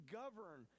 govern